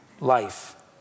life